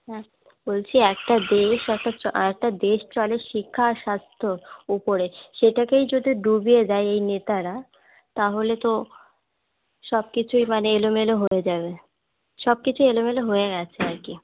হ্যাঁ বলছি একটা দেশ একটা চ একটা দেশ চলে শিক্ষা আর স্বাস্থ্যর ওপরে সেটাকেই যদি ডুবিয়ে দেয় এই নেতারা তাহলে তো সব কিছুই মানে এলোমেলো হয়ে যাবে সব কিছুই এলোমেলো হয়ে গেছে আর কি